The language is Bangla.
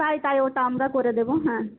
তাই তাই ওটা আমরা করে দেব হ্যাঁ